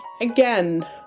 again